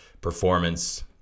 performance